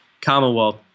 commonwealth